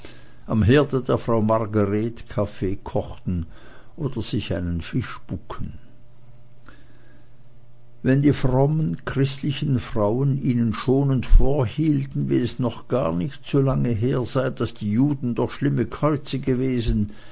am herde der frau margret kaffee kochten oder sich einen fisch buken wenn die fromm christlichen frauen ihnen schonend vorhielten wie es noch nicht gar zu lange her sei daß die juden doch schlimme käuze gewesen